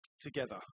Together